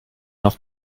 noch